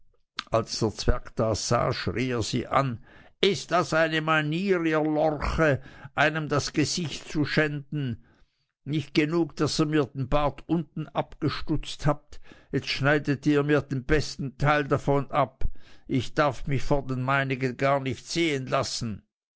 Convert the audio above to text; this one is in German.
als der zwerg das sah schrie er sie an ist das manier ihr lorche einem das gesicht zu schänden nicht genug daß ihr mir den bart unten abgestutzt habt jetzt schneidet ihr mir den besten teil davon ab ich darf mich vor den meinigen gar nicht sehen lassen